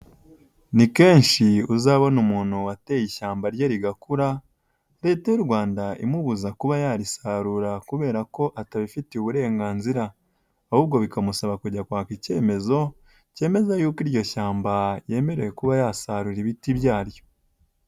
Ni kenshi uzabona umuntu wateye ishyamba rye rigakura Leta y'u Rwanda imubuza kuba yarisarura kubera ko atabifitiye uburenganzira ahubwo bikamusaba kujya kwaka ikemezo kemeza yuko iryo shyamba yemerewe kuba yasarura ibiti byaryo.